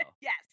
Yes